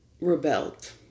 rebelled